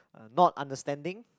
uh not understanding